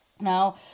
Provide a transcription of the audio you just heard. Now